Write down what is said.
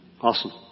Awesome